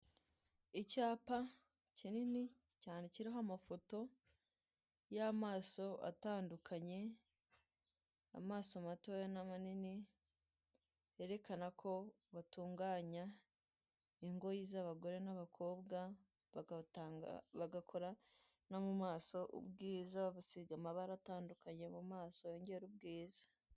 Icyapa kinini cyane kiriho amafoto y'amaso tandukanye. Amaso matoya n'amanini, yerekana ko batunganya ingoyi z'abagore n'abakobwa. Bagakora no mu maso, ubwiza bagusiga amabara atandukanye yo mu maso; yongera ubwiza.